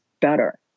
better